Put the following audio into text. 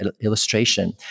illustration